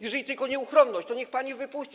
Jeżeli tylko nieuchronność, to niech pani wypuści.